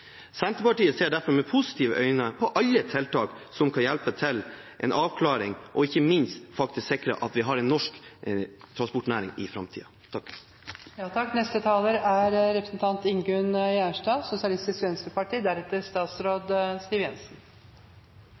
Senterpartiet ser derfor med positive øyne på alle tiltak som kan hjelpe til med å få en avklaring og ikke minst faktisk sikre at vi har en norsk transportnæring i framtida. Også vi i Sosialistisk Venstreparti er